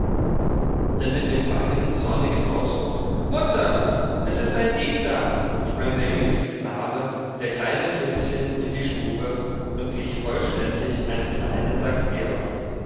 denn mit dem bangen zornigen ausruf mutter es ist ein dieb da sprang der jüngste knabe der kleine fritzchen in die stube und glich vollständig einem kleinen sankt georg